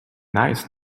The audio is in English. nice